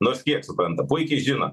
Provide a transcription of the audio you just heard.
nors kiek supranta puikiai žino